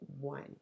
one